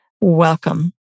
Welcome